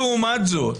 לעומת זאת,